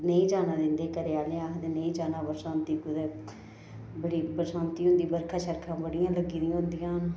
नेईं जाना दिंदे घरै आह्ले आखदे नेईं जाना बरसांती कुदै बड़ी बरसांती होंदी बरखा शरखा बड़ियां लग्गी दियां होंदियां